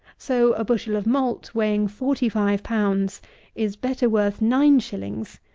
so a bushel of malt weighing forty-five pounds is better worth nine shillings,